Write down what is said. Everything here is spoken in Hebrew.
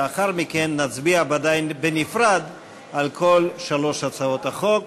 לאחר מכן נצביע בנפרד על כל שלוש הצעות החוק.